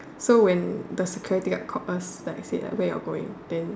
so when the security guard called us like say where you all going then